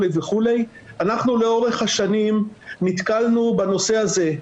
אנחנו לאורך השנים נתקלנו בנושא הזה,